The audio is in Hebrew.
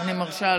חבר הכנסת